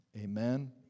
amen